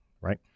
right